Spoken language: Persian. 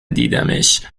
دیدمش